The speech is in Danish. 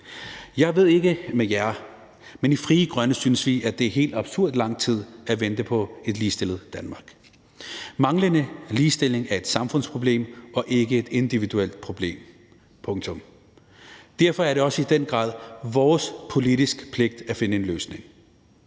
Jeg ved ikke med jer, men i Frie Grønne synes vi, at det er helt absurd lang tid at vente på et ligestillet Danmark. Manglende ligestilling er et samfundsproblem og ikke et individuelt problem – punktum! Derfor er det også i den grad vores politiske pligt at finde en løsning.